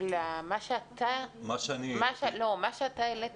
מה שהעלית